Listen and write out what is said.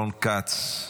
רון כץ,